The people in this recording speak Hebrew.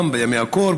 גם בימי הקור,